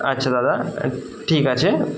আচ্ছা দাদা ঠিক আছে